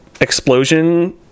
explosion